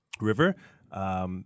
River